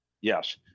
Yes